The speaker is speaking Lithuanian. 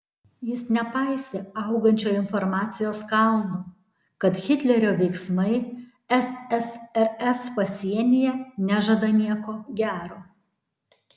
jis nepaisė augančio informacijos kalno kad hitlerio veiksmai ssrs pasienyje nežada nieko gero